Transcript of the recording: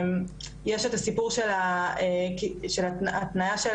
יש את הסיפור של הקצבה של